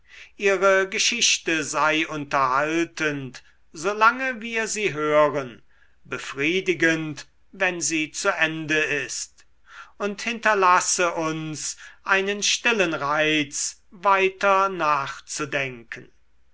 ihre geschichte sei unterhaltend solange wir sie hören befriedigend wenn sie zu ende ist und hinterlasse uns einen stillen reiz weiter nachzudenken